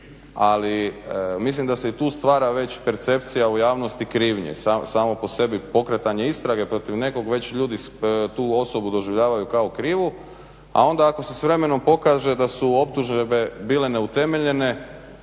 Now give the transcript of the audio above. ali mislim da se i tu stvara već percepcija u javnosti krivnje, samo po sebi pokretanje istrage protiv nekog, već ljudi tu osobu doživljavaju kao krivu, a onda ako se s vremenom pokaže da su optužbe bile neutemeljene,